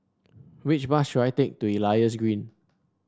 which bus should I take to Elias Green